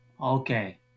Okay